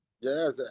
yes